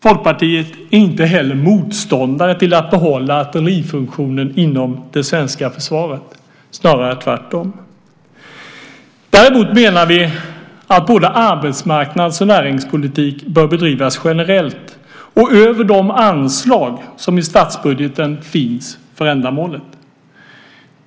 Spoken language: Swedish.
Folkpartiet är inte heller motståndare till att behålla artillerifunktionen inom det svenska försvaret, snarare tvärtom. Däremot menar vi att både arbetsmarknads och näringspolitik bör bedrivas generellt och över de anslag som i statsbudgeten finns för ändamålet.